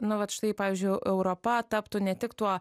nu vat štai pavyzdžiui europa taptų ne tik tuo